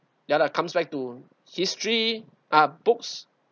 ya lah comes back to history ah books